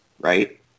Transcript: right